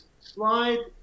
slide